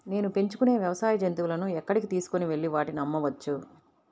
నేను పెంచుకొనే వ్యవసాయ జంతువులను ఎక్కడికి తీసుకొనివెళ్ళి వాటిని అమ్మవచ్చు?